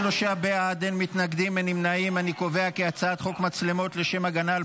את הצעת חוק התקנת מצלמות לשם הגנה על